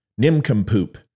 Nimcompoop